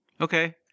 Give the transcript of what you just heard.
Okay